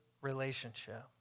relationship